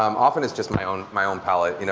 um often it's just my own my own palate. you know